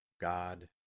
God